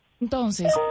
Entonces